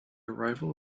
arrival